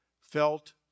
felt